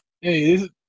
Hey